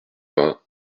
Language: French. vingts